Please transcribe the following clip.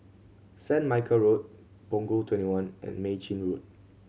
Saint Michael Road Punggol Twenty one and Mei Chin Road